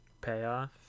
Payoff